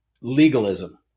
legalism